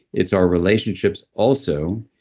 it's our relationships also,